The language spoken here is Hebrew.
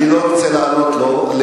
אני לא רוצה לענות לו,